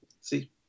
See